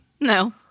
No